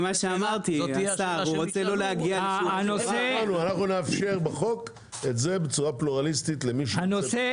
אנחנו נאפשר בחוק בצורה פלורליסטית למי שירצה בזה,